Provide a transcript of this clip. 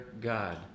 God